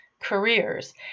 careers